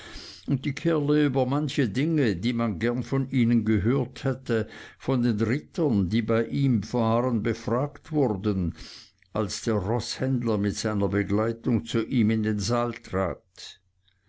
und die kerle über manche dinge die man gern von ihnen gehört hätte von den rittern die bei ihm waren befragt wurden als der roßhändler mit seiner begleitung zu ihm in den saal trat